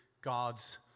God's